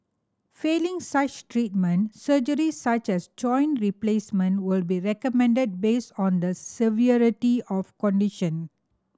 failing such treatment surgery such as joint replacement will be recommended based on the severity of condition